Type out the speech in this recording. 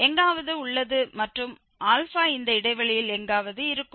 எங்காவது உள்ளது மற்றும் இந்த இடைவெளியில் எங்காவது இருக்கும்